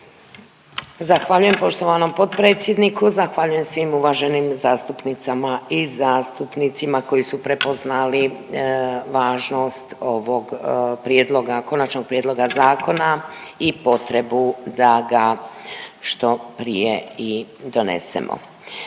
Zahvaljujem poštovanom potpredsjedniku, zahvaljujem svim uvaženim zastupnicama i zastupnicima koji su prepoznali važnost ovog prijedloga, konačnog prijedloga zakona i potrebu da ga što prije i donesemo.